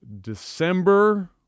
December